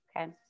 Okay